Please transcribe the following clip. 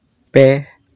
ᱯᱮ